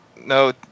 no